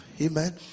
amen